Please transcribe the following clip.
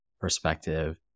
perspective